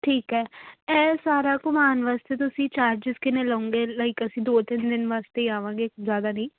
ਠੀਕ ਹੈ ਇਹ ਸਾਰਾ ਘੁਮਾਉਣ ਵਾਸਤੇ ਤੁਸੀਂ ਚਾਰਜਸ ਕਿੰਨੇ ਲਓਂਗੇ ਲਾਈਕ ਅਸੀਂ ਦੋ ਤਿੰਨ ਦਿਨ ਵਾਸਤੇ ਹੀ ਆਵਾਂਗੇ ਜ਼ਿਆਦਾ ਨਹੀਂ